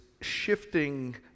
shifting